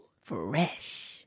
Fresh